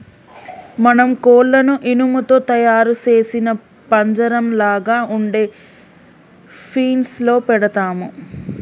మనం కోళ్లను ఇనుము తో తయారు సేసిన పంజరంలాగ ఉండే ఫీన్స్ లో పెడతాము